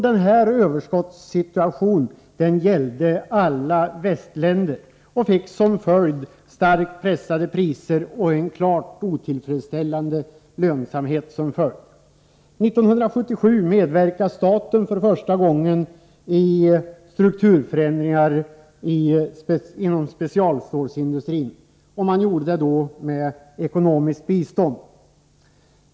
Denna överskottssituation gällde alla västländer och fick som följd starkt pressade priser och en klart otillfredsställande lönsamhet. 1977 medverkade staten för första gången i strukturförändringar inom specialstålsindustrin, i form av ekonomiskt bistånd.